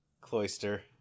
Cloister